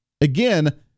Again